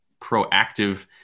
proactive